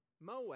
Moab